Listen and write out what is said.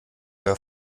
euer